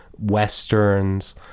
westerns